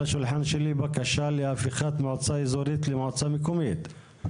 על שולחני מונחת בקשה להפיכת מועצה אזורית למועצה מקומית,